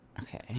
okay